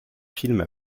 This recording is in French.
films